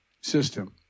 system